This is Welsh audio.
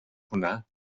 hwnna